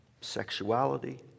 sexuality